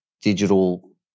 digital